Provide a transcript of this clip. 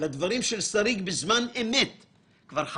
למרות שאני רוצה לומר לאדוני המנכ"ל, יש גם